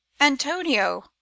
Antonio